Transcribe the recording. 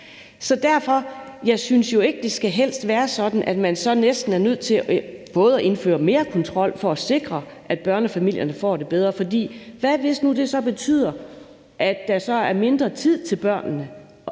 Så derfor synes jeg ikke, det helst skal være sådan, at man så næsten er nødt til at indføre mere kontrol for at sikre, at børnefamilierne får det bedre. For hvad nu, hvis det så betyder, at der så er mindre tid til børnene?